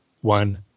one